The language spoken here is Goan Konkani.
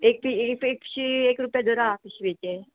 एक ती एकशी एक रुपया धरां पिशवीचें